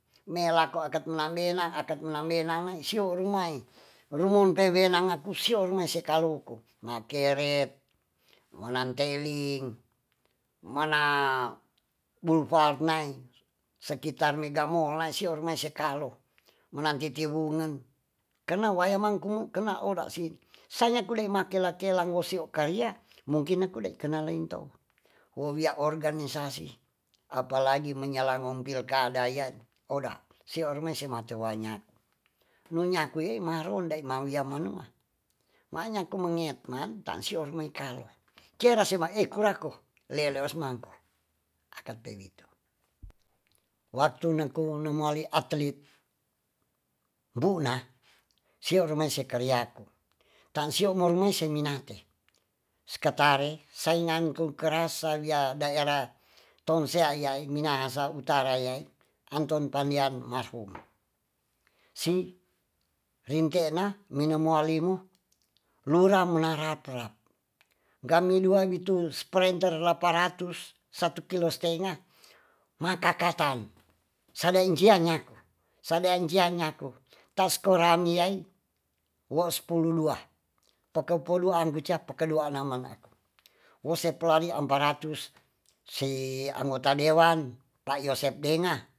Mela ko akat memang bena akat menang bena nai sio rumai. rumompr wena ngaku sio rumai se kalungku. makeret, manan teling mana bumfalt ne sekitar mega mol nai sior nae sakalo menang titi wungen kena waeman kumen kena oda si sanya kudai ma kela kelang wo si o karia mungkin naku de kena lain tou wo wia organisasi apalagi menyala ngom pilkada yai oda sio rumai semate wanya nunyaku yaai ma ronda ma wia manua ma nyaku ma ngekman tan sior mai kala kiera sema eku rako leleos man akat pe itu waktu neku nenguali akelit buna sio rumai se karia tu tan sio ma rumai se minate seketare sainganku kera sa ya daerah tonsea yaai minhasa utara yaai anton panian marhum si rinte na menyo moali mu lura mona rapra gami dua wi tun sprenter lapa ratus satu kilo stenga ma kakatan sada incian nyaku. sada incian nyaku tas koran iyai wo spulu dua poke puduan kuca pekeduan na mangaku wo seplali ampa ratus si anggota dewan pa yosep denga.